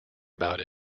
about